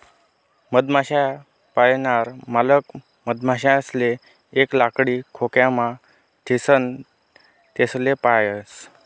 मधमाश्या पायनार मालक मधमाशासले एक लाकडी खोकामा ठीसन तेसले पायस